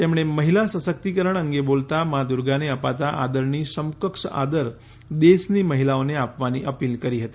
તેમણે મહિલા સશક્તિકરણ અંગે બોલતા મા દુર્ગાને અપાતા આદરની સમકક્ષ આદર દેશની મહિલાઓને આપવાની અપીલ કરી હતી